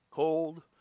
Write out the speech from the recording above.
Cold